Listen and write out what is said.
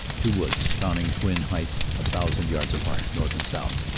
two woods crowning twin heights a thousand yards apart north and south,